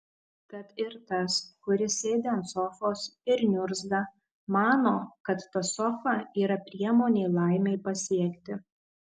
tad ir tas kuris sėdi ant sofos ir niurzga mano kad ta sofa yra priemonė laimei pasiekti